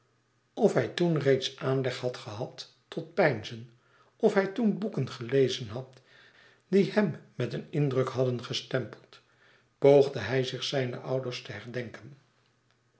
of hij toen reeds aanleg had gehad tot peinzen of hij toen boeken gelezen had die hem met een indruk hadden gestempeld poogde hij zich zijne ouders te herdenken